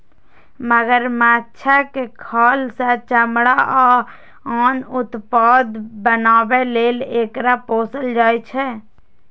मगरमच्छक खाल सं चमड़ा आ आन उत्पाद बनाबै लेल एकरा पोसल जाइ छै